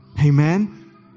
Amen